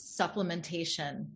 supplementation